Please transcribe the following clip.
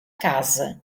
casa